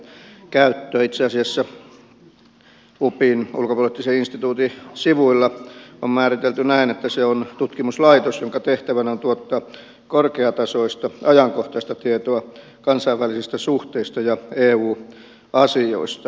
itse asiassa upin ulkopoliittisen instituutin sivuilla on määritelty näin että se on tutkimuslaitos jonka tehtävänä on tuottaa korkeatasoista ajankohtaista tietoa kansainvälisistä suhteista ja eu asioista